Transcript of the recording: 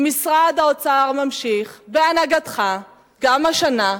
ומשרד האוצר ממשיך, בהנהגתך, גם השנה,